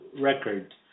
record